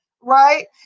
right